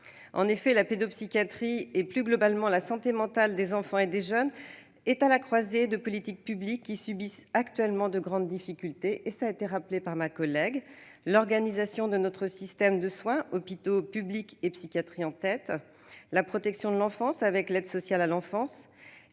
En effet, la pédopsychiatrie, et plus globalement la santé mentale des enfants et des jeunes, est à la croisée de politiques publiques qui connaissent actuellement de grandes difficultés, cela a été rappelé par notre collègue : l'organisation de notre système de soins, hôpitaux publics et psychiatrie en tête, la protection de l'enfance, avec l'aide sociale à l'enfance